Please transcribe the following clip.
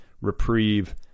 reprieve